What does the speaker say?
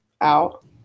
out